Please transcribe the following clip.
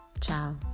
Ciao